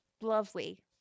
lovely